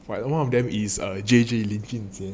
one of them is J_J